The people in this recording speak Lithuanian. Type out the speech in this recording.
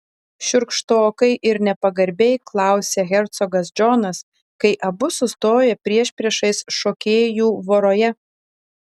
šiurkštokai ir nepagarbiai klausia hercogas džonas kai abu sustoja priešpriešiais šokėjų voroje